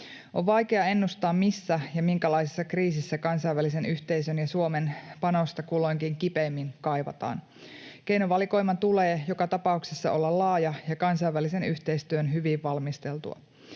On vaikea ennustaa, missä ja minkälaisessa kriisissä kansainvälisen yhteisön ja Suomen panosta kulloinkin kipeimmin kaivataan. Keinovalikoiman tulee joka tapauksessa olla laaja ja kansainvälisen yhteistyön hyvin valmisteltua.